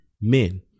men